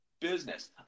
business